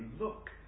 Look